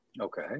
Okay